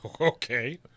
Okay